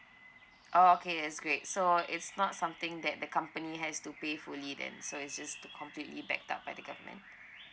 orh okay it's great so it's not something that company has to pay fully then so is just the completely backed up by the government